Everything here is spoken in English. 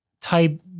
type